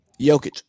Jokic